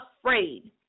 afraid